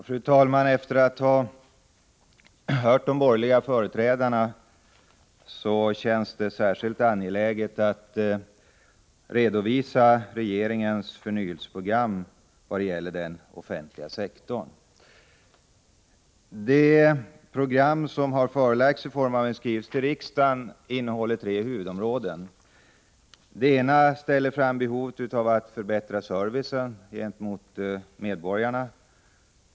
Fru talman! Efter att ha hört de borgerliga företrädarna känns det angeläget att redovisa regeringens förnyelseprogram i vad gäller den offentliga sektorn. Det program som har förelagts riksdagen i form av en skrivelse innehåller tre huvudområden. Det ena ställer fram behovet av att förbättra servicen gentemot medborgarna.